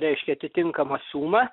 reiškia atitinkamą sumą